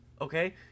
Okay